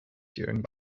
during